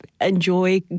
enjoy